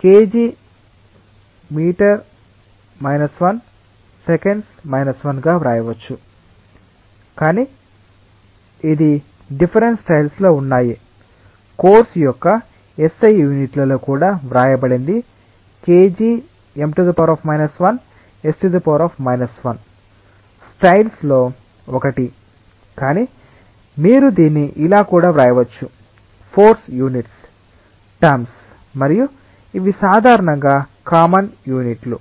Kgm−1s−1 గా వ్రాయవచ్చు కానీ ఇది డిఫ్ఫరెంట్ స్టైల్స్ లో ఉన్నాయి కోర్సు యొక్క SI యూనిట్లలో కూడా వ్రాయబడింది Kgm−1s−1స్టైల్స్ లో ఒకటి కానీ మీరు దీన్ని ఇలా కూడా వ్రాయవచ్చు ఫోర్స్ యూనిట్స్ టర్మ్స్ మరియు ఇవి సాధారణంగా కామన్ యూనిట్లు